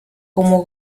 como